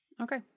okay